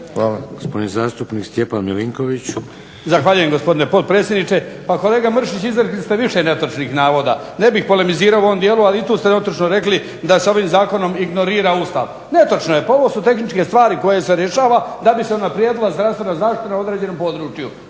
Milinković. **Milinković, Stjepan (HDZ)** Zahvaljujem gospodine potpredsjedniče. Pa kolega Mršić izrekli ste više netočnih navoda, ne bih polemizirao u ovom dijelu ali isto ste rekli da se ovim Zakonom ignorira Ustav. Netočno je, ovo su tehničke stvari koje se rješavaju da bi se unaprijedila zdravstvena zaštita na određenom području,